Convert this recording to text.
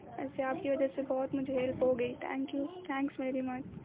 ویسے آپ کی وجہ سے بہت مجھے ہیلپ ہو گئی thank you thanks very much